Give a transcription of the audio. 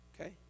okay